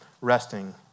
resting